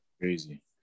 Crazy